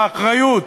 באחריות,